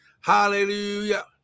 Hallelujah